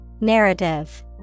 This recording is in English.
Narrative